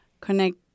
Connect